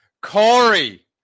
Corey